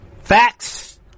Facts